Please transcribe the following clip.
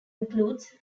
includes